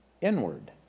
inward